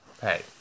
Hey